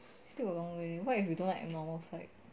still a long way what if you don't like abnormal psych